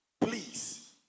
please